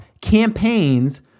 campaigns